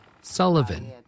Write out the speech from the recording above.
Sullivan